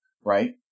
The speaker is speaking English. right